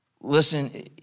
Listen